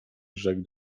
rzekł